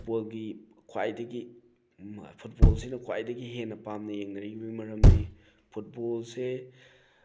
ꯐꯨꯠꯕꯣꯜꯒꯤ ꯈ꯭ꯋꯥꯏꯗꯒꯤ ꯐꯨꯠꯕꯣꯜꯁꯤꯅ ꯈ꯭ꯋꯥꯏꯗꯒꯤ ꯍꯦꯟꯅ ꯄꯥꯝꯅ ꯌꯦꯡꯅꯔꯤꯕꯒꯤ ꯃꯔꯝꯗꯤ ꯐꯨꯠꯕꯣꯜꯁꯦ